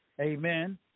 amen